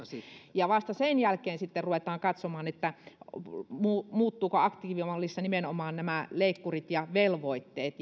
ja vasta sen jälkeen sitten ruvetaan katsomaan muuttuvatko aktiivimallissa nimenomaan nämä leikkurit ja velvoitteet